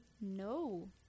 No